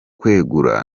kwegura